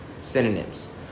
synonyms